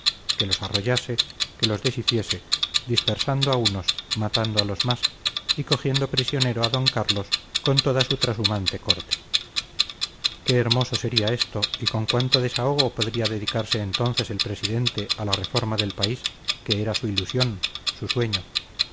que los arrollase que los deshiciese dispersando a unos matando a los más y cogiendo prisionero a don carlos con toda su trashumante corte qué hermoso sería esto y con cuánto desahogo podría dedicarse entonces el presidente a la reforma del país que era su ilusión su sueño